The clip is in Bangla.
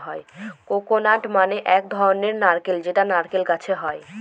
কোকোনাট মানে এক ধরনের নারকেল যেটা নারকেল গাছে হয়